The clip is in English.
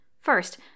First